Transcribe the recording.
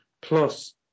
plus